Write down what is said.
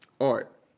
Art